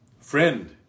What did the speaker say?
Friend